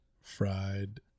fried